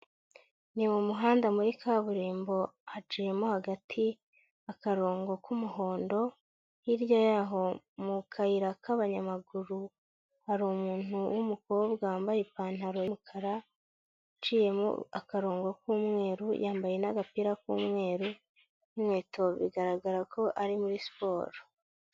Ni mu muhanda, muri kaburimbo haciyemo hagati akarongo k'umuhondo, hirya y'aho mu kayira k'abanyamaguru, hari umuntu w'umukobwa wambaye ipantaro y'umukara, iciyemo akarongo k'umweru, yambaye n'agapira k'umweru, n'inkweto bigaragara ko ari muri siporo.